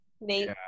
Nate